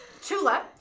Chula